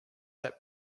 that